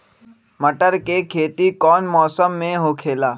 मटर के खेती कौन मौसम में होखेला?